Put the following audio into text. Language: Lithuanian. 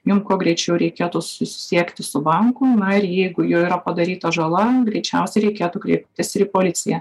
jum kuo greičiau reikėtų susisiekti su banku na ir jeigu jų yra padaryta žala greičiausiai reikėtų kreiptis į policiją